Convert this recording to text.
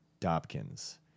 dobkins